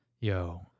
Yo